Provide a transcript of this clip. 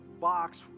box